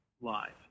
live